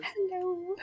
hello